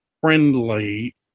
friendly